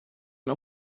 não